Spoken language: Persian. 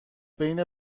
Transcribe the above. بین